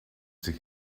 sich